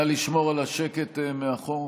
נא לשמור על השקט מאחור,